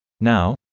Now